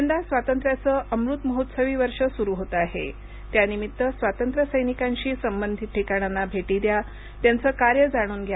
यंदा स्वातंत्र्याचं अमृत महोत्सवी वर्ष सुरू होतं आहे त्यानिमित्त स्वातंत्र्य सैनिकांशी संबंधित ठिकाणांना भेटी द्या त्यांचं कार्य जाणून घ्या